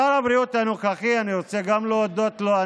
שר הבריאות הנוכחי, אני רוצה להודות לו.